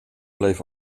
bleef